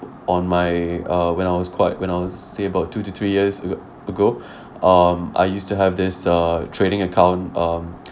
on my uh when I was quite when I was say about two to three years ago um I used to have this uh trading account um